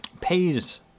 Pays